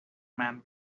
man